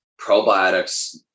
probiotics